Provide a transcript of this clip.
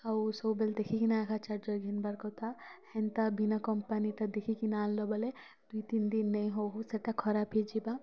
ଆଉ ସବୁବେଲେ ଦେଖିକିନା ଏକା ଚାର୍ଜର୍ ଘିନବାର୍ କଥା ହେନ୍ତା ବିନା କମ୍ପାନୀଟା ଦେଖିକିନା ଆଣିଲ ବୋଲେ ଦୁଇ ତିନ୍ ଦିନ୍ ନେଇଁ ହଉ ହଉ ସେଇଟା ଖରାପ୍ ହେଇଯିବା